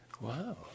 Wow